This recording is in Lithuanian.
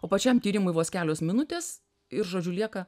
o pačiam tyrimui vos kelios minutės ir žodžiu lieka